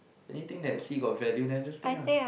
anything that I see got value then I just take ah